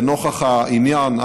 נוכח העניין,